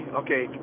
okay